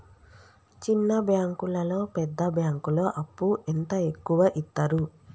చిన్న బ్యాంకులలో పెద్ద బ్యాంకులో అప్పు ఎంత ఎక్కువ యిత్తరు?